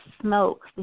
smoke